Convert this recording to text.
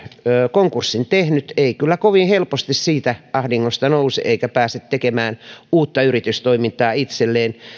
konkurssin tehnyt ei kyllä kovin helposti siitä ahdingosta nouse eikä pääse tekemään uutta yritystoimintaa itselleen